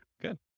good